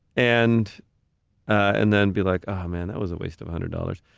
and and then be like, oh man, that was a waste of a hundred dollars,